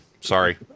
Sorry